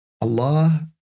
Allah